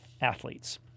athletes